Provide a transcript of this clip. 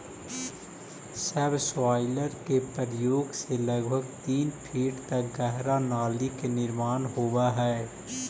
subsoiler के प्रयोग से लगभग तीन फीट तक गहरा नाली के निर्माण होवऽ हई